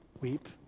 Weep